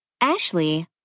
ashley